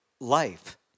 life